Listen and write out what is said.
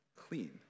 clean